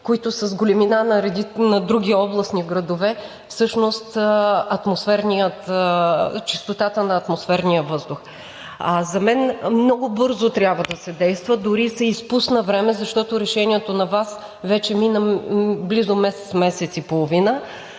които са с големина на други областни градове, всъщност чистотата на атмосферния въздух. За мен много бързо трябва да се действа – дори се изпусна време, защото от решението на ВАС вече мина близо месец – месец и половина.